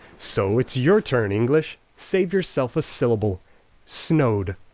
so it's your turn, english. save yourself a syllable snowed,